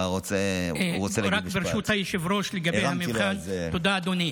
ברשות היושב-ראש, תודה, אדוני.